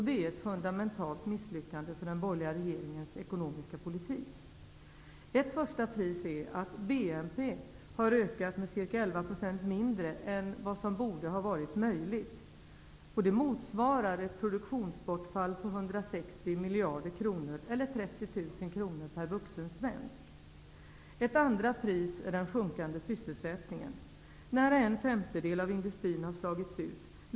Det är ett fundamentalt misslyckande för den borgerliga regeringens ekonomiska politik. Ett första pris är att ökningen av BNP är ca 11 % mindre än vad som borde ha varit möjligt. Det motsvarar ett produktionsbortfall på 160 miljarder kronor eller 30 000kr per vuxen svensk. Ett andra pris är den sjunkande sysselsättningen. Nära en femtedel av industrin har slagits ut.